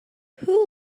who